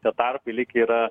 tie tarpai likę yra